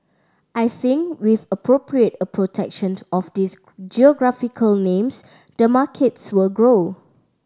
I think with appropriate a protection to of these geographical names the markets will grow